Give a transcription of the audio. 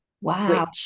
Wow